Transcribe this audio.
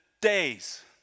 days